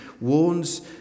warns